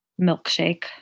milkshake